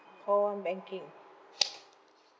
call one banking